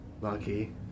lucky